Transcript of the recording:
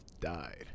died